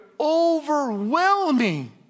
overwhelming